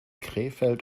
krefeld